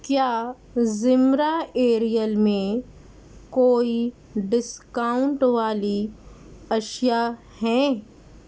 کیا زمرہ ایریل میں کوئی ڈسکاؤنٹ والی اشیا ہیں